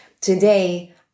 Today